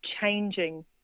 changing